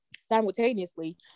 simultaneously